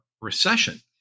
recession